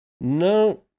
No